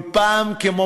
כל פעם כמו